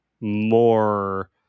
more